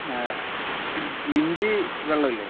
പിന്നേ ഇഞ്ചി വെള്ളമില്ലേ